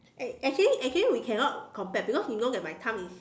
eh actually actually we cannot compare because you know that my thumb is